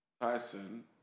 Tyson